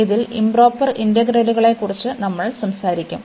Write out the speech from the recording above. ഇതിൽ ഇoപ്രൊപ്പർ ഇന്റഗ്രലുകളെക്കുറിച്ച് നമ്മൾ സംസാരിക്കും